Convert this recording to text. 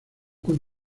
con